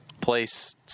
place